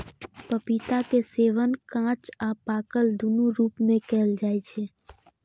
पपीता के सेवन कांच आ पाकल, दुनू रूप मे कैल जाइ छै